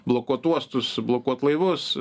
blokuot uostus blokuot laivus